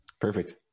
Perfect